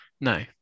No